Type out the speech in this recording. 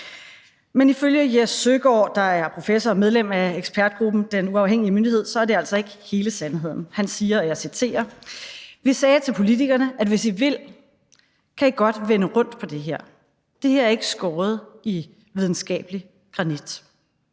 Men ifølge Jes Søgaard, der er professor og medlem af ekspertgruppen, den uafhængige myndighed, er det altså ikke hele sandheden. Han siger, og jeg citerer: »Vi sagde til politikerne, at hvis I vil, kan I godt vende rundt på det. Det her er ikke skåret i videnskabelig granit.«